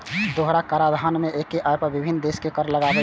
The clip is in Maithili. दोहरा कराधान मे एक्के आय पर विभिन्न देश कर लगाबै छै